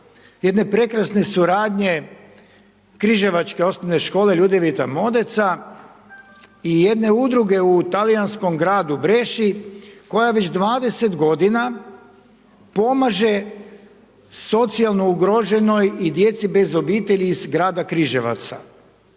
jedne prekrasne suradnje križevačke osnovne škole Ljudevita Modeca i jedne udruge u talijanskom gradu Breši koja već 20 godina pomaže socijalno ugroženoj i djeci bez obitelji iz grada Križevaca.